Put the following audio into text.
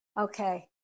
Okay